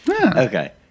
Okay